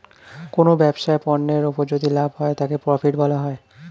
কোনো ব্যবসায় পণ্যের উপর যদি লাভ হয় তাকে প্রফিট বলা হয়